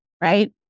right